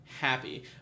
happy